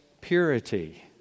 purity